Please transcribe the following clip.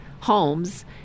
homes